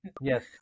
yes